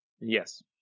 Yes